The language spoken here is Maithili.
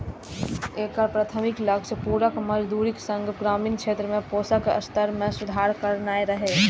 एकर प्राथमिक लक्ष्य पूरक मजदूरीक संग ग्रामीण क्षेत्र में पोषण स्तर मे सुधार करनाय रहै